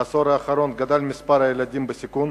בעשור האחרון גדל מספר הילדים בסיכון.